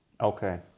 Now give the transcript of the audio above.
Okay